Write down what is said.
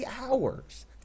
hours